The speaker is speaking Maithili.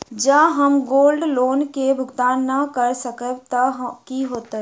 जँ हम गोल्ड लोन केँ भुगतान न करऽ सकबै तऽ की होत?